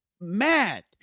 mad